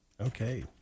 Okay